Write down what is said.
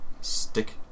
stick